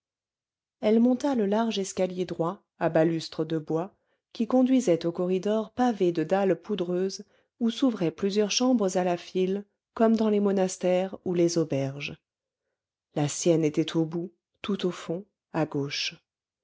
elle monta le large escalier droit à balustres de bois qui conduisait au corridor pavé de dalles poudreuses où s'ouvraient plusieurs chambres à la file comme dans les monastères ou les auberges la sienne était au bout tout au fond à gauche